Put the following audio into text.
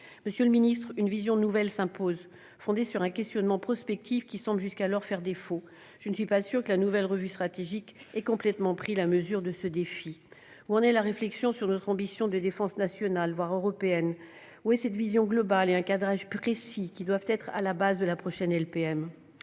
Monsieur le ministre, une vision nouvelle s'impose, fondée sur un questionnement prospectif qui semble jusqu'alors faire défaut. Je ne suis pas certaine que la mesure de ce défi ait été complètement prise dans la nouvelle revue nationale stratégique (RNS). Où en est la réflexion sur notre ambition de défense nationale, voire européenne ? Où sont cette vision globale et le cadrage précis qui doivent être à la base de la prochaine LPM ?